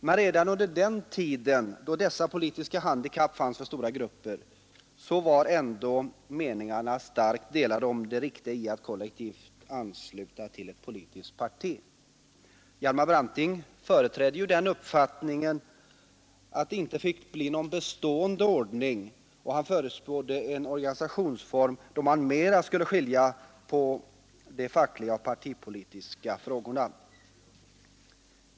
Men redan under den tid då dessa politiska handikapp fanns för stora grupper var ändå meningarna starkt delade om det riktiga i att kollektivt ansluta till ett politiskt parti. Hjalmar Branting företedde den uppfattningen att det inte fick bli någon bestående ordning, och han förutspådde en organisationsform då man mera skulle skilja mellan de fackliga och de partipolitiska frågorna.